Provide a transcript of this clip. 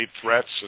threats